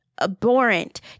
abhorrent